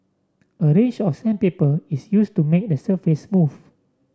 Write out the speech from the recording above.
a range of sandpaper is use to make the surface smooth